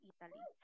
Italy